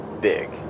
big